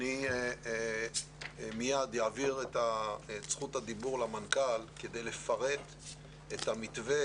אני מיד אעביר את זכות הדיבור למנכ"ל שיפרט את המתווה,